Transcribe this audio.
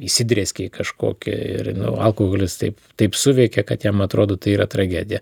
įsidrėskei kažkokį ir alkoholis taip taip suveikė kad jam atrodo tai yra tragedija